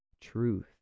truth